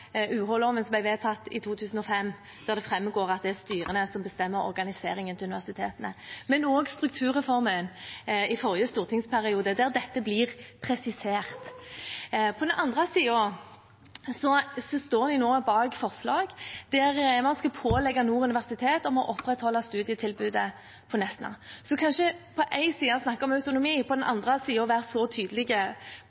som ble vedtatt i 2005, der det framgår at det er styrene som bestemmer organiseringen av universitetene – og også strukturreformen i forrige stortingsperiode, der dette blir presisert. På den andre siden står de nå bak forslag der man skal pålegge Nord universitet å opprettholde studietilbudet på Nesna. På den ene siden snakker man om autonomi, på den